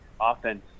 offense